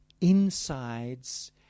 insides